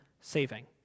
saving